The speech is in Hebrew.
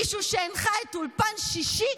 מישהו שהנחה את אולפן שישי?